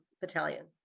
battalion